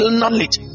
knowledge